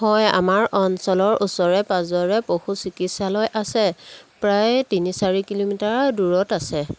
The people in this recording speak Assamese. হয় আমাৰ অঞ্চলৰ ওচৰে পাঁজৰে পশু চিকিৎসালয় আছে প্ৰায় তিনি চাৰি কিলোমিটাৰৰ দূৰত আছে